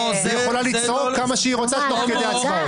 ויכולה לצעוק כמה שהיא רוצה תוך כדי הצבעות.